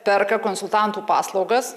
perka konsultantų paslaugas